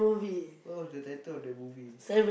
what was the title of the movie